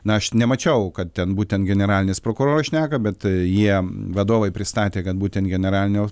na aš nemačiau kad ten būtent generalinis prokuroras šneka bet jie vadovai pristatė kad būtent generalinio